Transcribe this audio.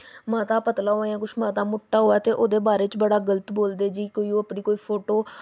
मता पतला होऐ जां कुछ मता मुट्टा होऐ ते ओह्दे बारे च बड़ा गल्त बोलदे जी ओह् कोई अपनी फोटो